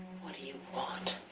what do you want?